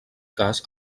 cas